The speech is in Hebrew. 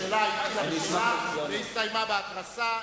השאלה התחילה בשאלה והסתיימה בהתרסה.